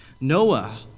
Noah